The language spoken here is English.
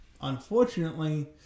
unfortunately